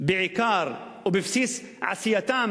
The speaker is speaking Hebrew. שבעיקר ובבסיס עשייתם